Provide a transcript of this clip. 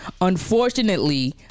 Unfortunately